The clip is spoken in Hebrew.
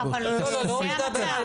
תדבר ספציפית.